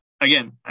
again